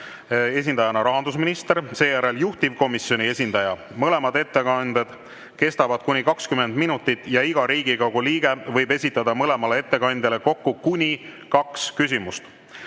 esindajana rahandusminister, seejärel juhtivkomisjoni esindaja. Mõlemad ettekanded kestavad kuni 20 minutit ja iga Riigikogu liige võib esitada mõlemale ettekandjale kokku kuni kaks küsimust.